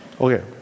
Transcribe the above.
Okay